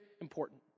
important